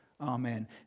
Amen